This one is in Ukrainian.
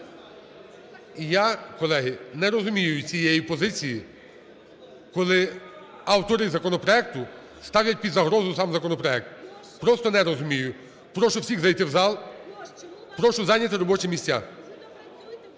я, колеги, не розумію цієї позиції, коли автори законопроекту ставлять під загрозу сам законопроект, просто не розумію. Прошу всіх зайти в зал, прошу зайняти робочі місця.